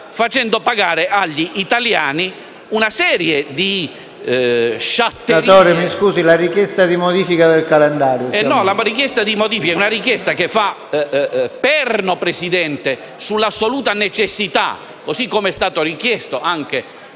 facendo pagare agli italiani una serie di sciatterie.